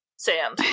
Sam